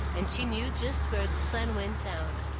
and she knew just where the sun went down.